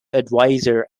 adviser